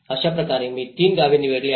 अशा प्रकारे मी तीन गावे निवडली आहेत